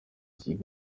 kigo